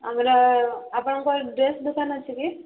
ଆମର ଆପଣଙ୍କ ଡ୍ରେସ୍ ଦୋକାନ ଅଛି କି